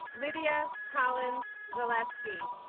lydia collins zaleski